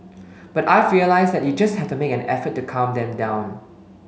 but I've realised that you just have to make an effort to calm them down